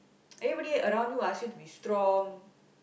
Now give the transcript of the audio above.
everybody around you ask you to be strong